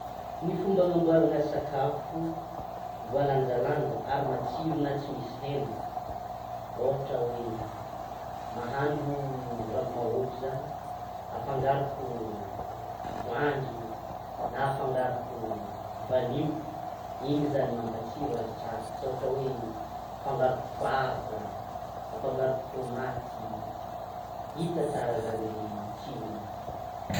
Ny fomba hanamboarana sakafo voalanjalanja ary matsiro na tsy misy hena, ôhatra hoe: mahandro ravi-mahôgo za afangaroko voanjo na afangaroko vanio iny zany mampatsiro azy tsara asa ohatra hoe afangaroko poivre, afangaroko tomate hita tsara zany tsirony.